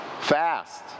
Fast